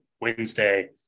Wednesday